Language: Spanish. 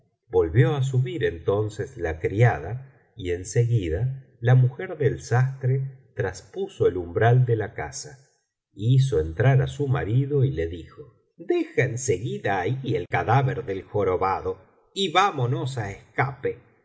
volvió á subir entonces la criada y en seguida la mujer del sastre traspuso el umbral de la casa hizo entrar á su marido y le dijo deja en seguida ahí el cadáver del jorobado y vamonos á escape